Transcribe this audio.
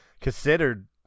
considered